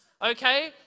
Okay